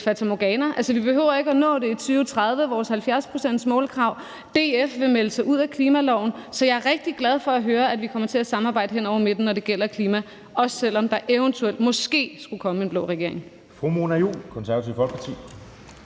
fatamorgana. Altså, vi behøver ikke at nå vores 70-procentsmålkrav i 2030, og DF vil melde sig ud af klimaloven. Så jeg er rigtig glad for at høre, at vi kommer til at samarbejde hen over midten, når det gælder klima, også selv om der eventuelt måske skulle komme en blå regering.